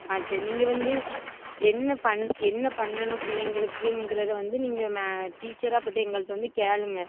ஆ சரி நீங்கள் வந்து என்ன பண் என்ன பண்ணணும் பிள்ளைங்களுக்குங்கிறத வந்து நீங்கள் மே டீச்சராப்பட்ட எங்கள்கிட்ட வந்து கேளுங்க